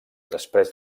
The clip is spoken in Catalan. després